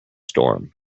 storm